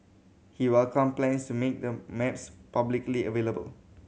he welcomed plans to make the maps publicly available